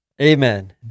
Amen